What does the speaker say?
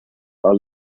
are